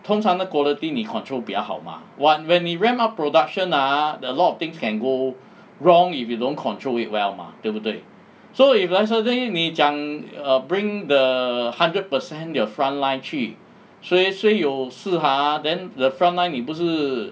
通常那 quality control 比较好 mah but when 你 ramp up production ah a lot of things can go wrong if you don't control it well mah 对不对 so yesterday 你讲 err bring the hundred percent your front line 去 suay suay 有事 ha then the front line 你不是